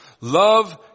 Love